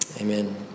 Amen